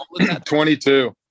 22